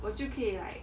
我就可以 like